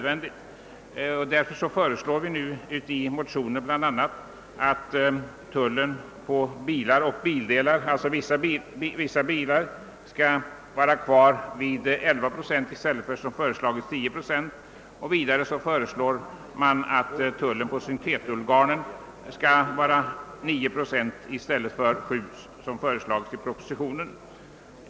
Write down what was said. Vi föreslår fördenskull i motioner bl.a. att tullen på vissa bilar och bildelar skall stå kvar vid 11 procent i stället för, som enligt propositionen, 10 procent. Vidare påyrkas att tullen på syntetullgarn skall vara 9 procent i stället för 7, som föreslagits i propositionen.